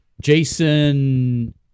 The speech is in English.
Jason